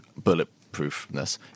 bulletproofness